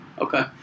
Okay